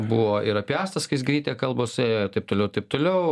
buvo ir apie astą skaisgirytę kalbos ėjo ir taip toliau taip toliau